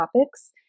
topics